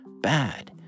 bad